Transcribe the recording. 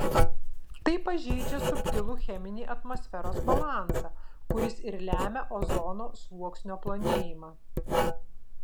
tai pažeidžia subtilų cheminį atmosferos balansą kuris ir lemia ozono sluoksnio plonėjimą